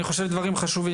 אני חושב שזה דברים חשובים.